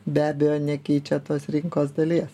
be abejo nekeičia tos rinkos dalies